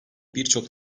birçok